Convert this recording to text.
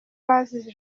bazize